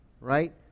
right